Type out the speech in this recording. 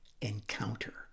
encounter